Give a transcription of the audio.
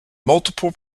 multiple